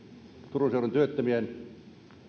turun seudun työttömien